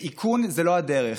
ואיכון הוא לא הדרך.